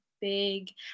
big